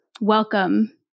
Welcome